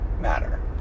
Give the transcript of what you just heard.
matter